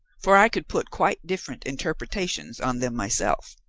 for i could put quite different interpretations on them myself.